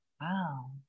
wow